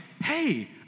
hey